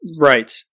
Right